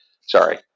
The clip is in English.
sorry